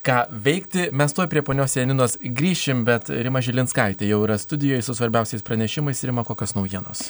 ką veikti mes tuoj prie ponios janinos grįšim bet rima žilinskaitė jau yra studijoj su svarbiausiais pranešimais rima kokios naujienos